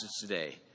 today